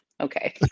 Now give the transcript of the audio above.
okay